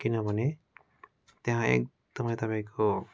किनभने त्यहाँ एकदमै तपाईँको